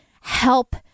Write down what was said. help